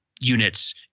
units